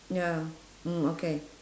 ya mm okay